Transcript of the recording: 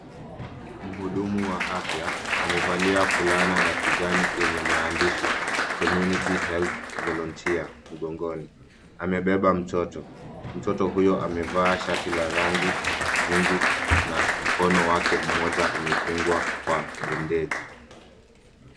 Mhudumu wa afya amevalia fulana ya kijani yenye maandishi community health volunteer mgongoni. Amebeba mtoto. Mtoto huyo amevaa shati la rangi na mkono wake mmoja umefungwa kwa bendeji.